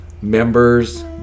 members